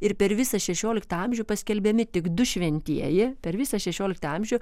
ir per visą šešioliktą amžių paskelbiami tik du šventieji per visą šešioliktą amžių